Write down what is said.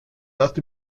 erst